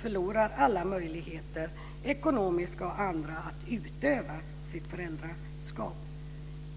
förlorar alla möjligheter, ekonomiska och andra, att utöva sitt föräldraskap.